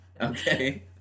okay